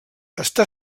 està